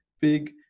big